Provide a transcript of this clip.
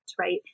right